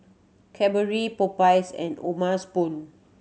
Cadbury Popeyes and O'ma's spoon